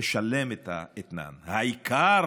אשלם את האתנן, העיקר